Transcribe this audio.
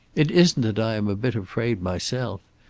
it isn't that i am a bit afraid myself.